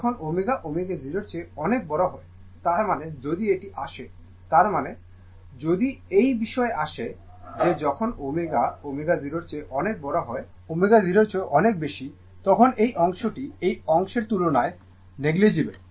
যখন ω ω0 চেয়ে অনেক বড় হয় তার মানে যদি এটি আসে তার মানে যদি এই বিষয়ে আসে যে যখন ω ω0 চেয়ে অনেক বড় ω0 চেয়ে অনেক বেশি তখন এই অংশটি এই অংশের তুলনায় নগণ্য